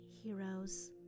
heroes